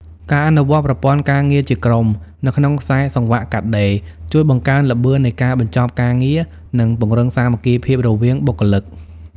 ការអនុវត្តប្រព័ន្ធការងារជាក្រុម នៅក្នុងខ្សែសង្វាក់កាត់ដេរ ជួយបង្កើនល្បឿននៃការបញ្ចប់ការងារ និងពង្រឹងសាមគ្គីភាពរវាងបុគ្គលិក។